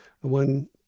one